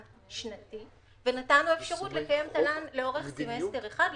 שנתי ואפשרות לקיים תל"ן לאורך סמסטר אחד,